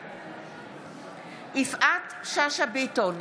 בעד יפעת שאשא ביטון,